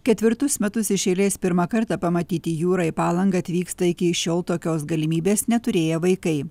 ketvirtus metus iš eilės pirmą kartą pamatyti jūrą į palangą atvyksta iki šiol tokios galimybės neturėję vaikai